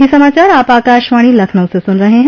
ब्रे क यह समाचार आप आकाशवाणी लखनऊ से सुन रहे हैं